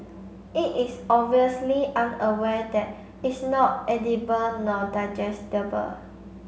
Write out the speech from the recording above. it is obviously unaware that it's not edible nor digestible